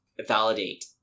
validate